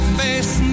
face